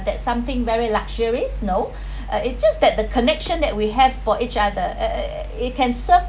that something very luxuries no uh it's just that the connection that we have for each other err it can serve